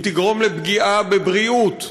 היא תגרום לפגיעה בבריאות,